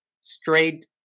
straight